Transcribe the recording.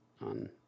on